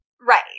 right